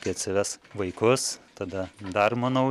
kai atsives vaikus tada dar manau